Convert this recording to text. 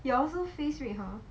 you also face red hor